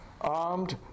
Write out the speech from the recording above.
armed